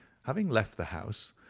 having left the house,